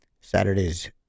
saturday's